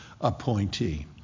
appointee